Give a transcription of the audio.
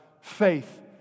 faith